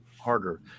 harder